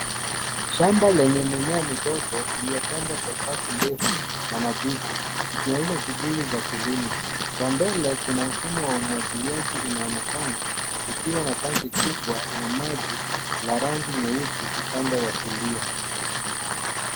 Shamba lenye mimea midogo iliyopandwa kwa safu ndefu na nadhifu, ikionyesha shughuli za kilimo. Kwa mbele, kuna mfumo wa umwagiliaji unaoonekana ukiwa na tangi kubwa la maji la rangi nyeusi upande wa kulia.